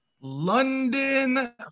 London